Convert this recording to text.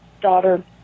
Daughter